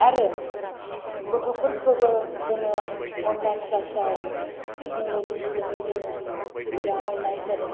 आरो गथ'फोरखौबो जोङो अनलाइन क्लासआव टेक्नल'जिनि जोहै जोङो सुबिदा मोनाय जादों